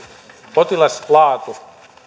potilaslaatu